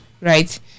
right